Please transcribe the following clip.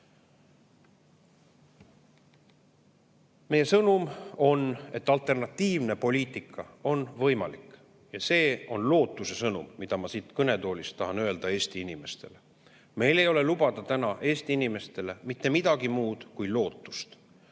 meie sõnum on, et alternatiivne poliitika on võimalik, ja see on lootuse sõnum, mida ma siit kõnetoolist tahan öelda Eesti inimestele. Meil ei ole täna Eesti inimestele lubada mitte midagi muud kui lootust.